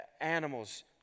animals